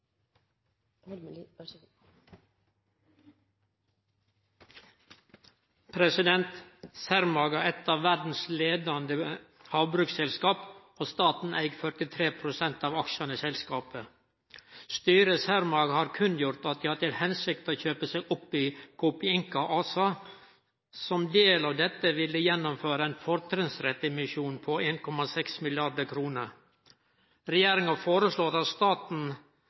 eit av verdas leiande havbruksselskap, og staten eig 43 pst. av aksjane i selskapet. Styret i Cermaq har kunngjort at dei har til hensikt å kjøpe seg opp i Copeinca ASA. Som del av dette vil dei gjennomføre ein fortrinnsrettsemisjon på 1,6 mrd. kr. Regjeringa foreslår at staten